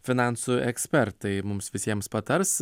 finansų ekspertai mums visiems patars